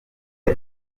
ati